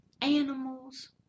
animals